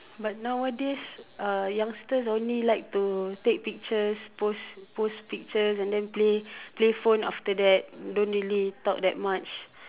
but nowadays uh youngsters only like to take pictures post post pictures and then play play phone after that don't really talk that much